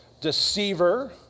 deceiver